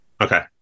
Okay